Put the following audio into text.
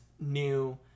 new